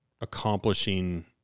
accomplishing